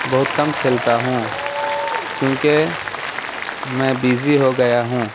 بہت کم کھیلتا ہوں کیونکہ میں بزی ہو گیا ہوں